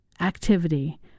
activity